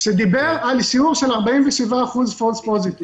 שדיבר על שיעור של 47% False positive.